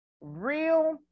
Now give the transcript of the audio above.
real